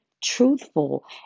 truthful